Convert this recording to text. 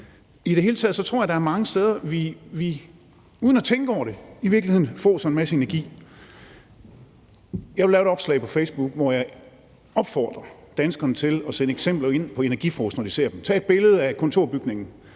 I det hele taget tror jeg, at der er mange steder, hvor vi uden at tænke over det i virkeligheden fråser med en masse energi. Jeg vil lave et opslag på Facebook, hvor jeg opfordrer danskerne til at sende eksempler på energifrås ind, når de ser dem. Tag et billede af kontorbygningen,